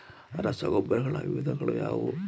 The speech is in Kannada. ರಸಗೊಬ್ಬರಗಳ ವಿಧಗಳು ಯಾವುವು?